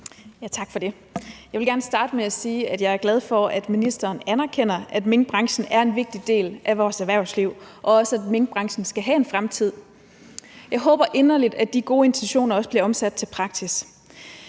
Tak for det. Jeg vil gerne starte med at sige, at jeg er glad for, at ministeren anerkender, at minkbranchen er en vigtig del af vores erhvervsliv, og at minkbranchen også skal have en fremtid. Jeg håber inderligt, at de gode intentioner også bliver omsat til praksis.